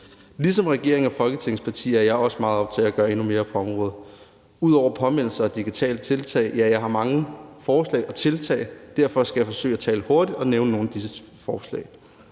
Ligesom regeringen og Folketingets partier er jeg også meget optaget af at gøre endnu mere på området. Udover påmindelser og digitale tiltag har jeg mange forslag, og derfor skal jeg forsøge at tale hurtigt og nævne nogle af disse forslag.